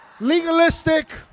legalistic